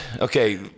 okay